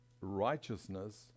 righteousness